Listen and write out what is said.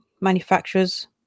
manufacturers